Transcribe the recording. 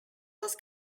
was